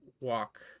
Walk